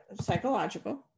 Psychological